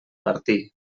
martí